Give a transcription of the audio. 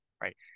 right